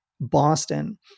Boston